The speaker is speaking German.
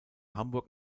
hamburg